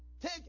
Take